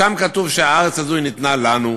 שם כתוב שהארץ הזאת ניתנה לנו,